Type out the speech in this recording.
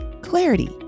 clarity